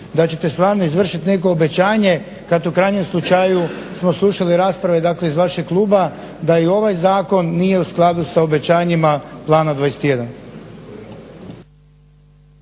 da ćete stvarno izvršiti neko obećanje, kad u krajnjem slučaju smo slušali rasprave dakle iz vašeg kluba da i ovaj zakon nije u skladu sa obećanjima Plana 21.